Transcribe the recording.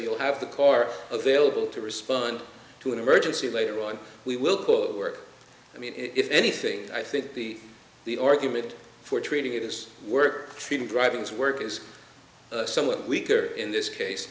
you'll have the car available to respond to an emergency later on we will call it work i mean if anything i think be the argument for treating it as work treating driving as work is somewhat weaker in this case